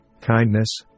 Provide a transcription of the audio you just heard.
kindness